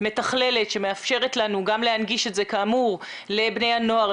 מתכללת שמאפשרת לנו גם להנגיש את זה לבני הנוער,